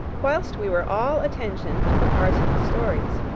whilst we were all attention to the parson's stories,